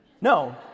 No